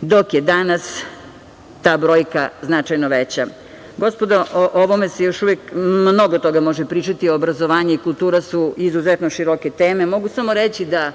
dok je danas ta brojka značajno veća. Gospodo o ovome se još uvek mnogo toga pričati. Obrazovanje i kultura su izuzetno široka teme. Mogu samo reći da